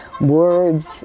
words